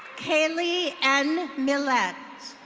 kaley n millet.